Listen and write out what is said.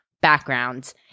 backgrounds